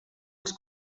els